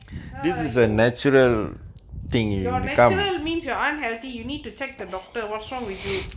!aiyo! your natural means you unhealthy you need to check the doctor what's wrong with you